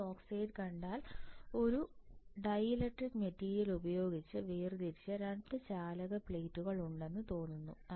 ഈ ഓക്സൈഡ് കണ്ടാൽ ഒരു ഡൈലെക്ട്രിക് മെറ്റീരിയൽ ഉപയോഗിച്ച് വേർതിരിച്ച 2 ചാലക പ്ലേറ്റുകൾ ഉണ്ടെന്ന് തോന്നുന്നു